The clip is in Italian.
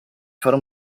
fare